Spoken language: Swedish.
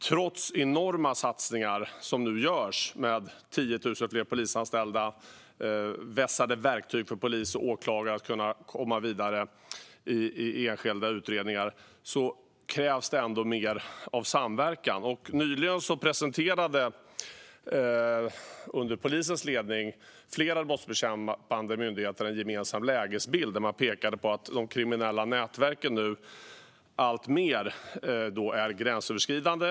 Trots enorma satsningar med 10 000 fler polisanställda, vässade verktyg för polis och åklagare så att de kan gå vidare i enskilda utredningar krävs ändå mer av samverkan. Nyligen presenterade, under polisens ledning, flera brottsbekämpande myndigheter en gemensam lägesbild där man pekade på att de kriminella nätverken är alltmer gränsöverskridande.